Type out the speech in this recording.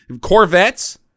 Corvettes